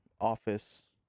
office